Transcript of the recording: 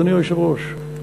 אדוני היושב-ראש,